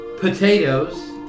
potatoes